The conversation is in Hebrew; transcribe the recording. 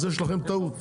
אז יש לכם טעות.